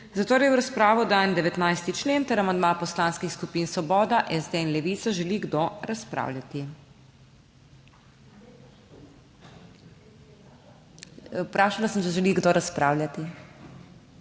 Zatorej v razpravo dajem 19. člen ter amandma poslanskih skupin Svoboda, SD in Levica. Želi kdo razpravljati? Vprašala sem, če želi kdo razpravljati?